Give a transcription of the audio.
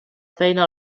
feina